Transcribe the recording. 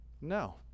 no